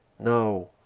no,